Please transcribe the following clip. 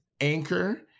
Anchor